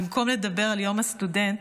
במקום לדבר על יום הסטודנט,